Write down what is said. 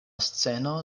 sceno